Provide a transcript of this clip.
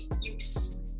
use